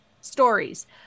stories